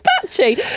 patchy